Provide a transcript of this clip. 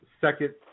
second